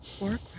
work